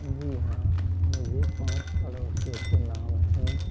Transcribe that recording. जी हाँ मुझे पाँच पड़ोसियों के नाम हैं